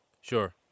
Sure